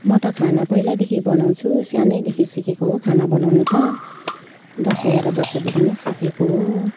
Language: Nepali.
म त खाना पहिलैदेखि बनाउँछु सानैदेखि सिकेको हो खाना बनाउनु त दस एघार वर्षदेखि नै सिकेको हो